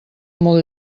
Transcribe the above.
molt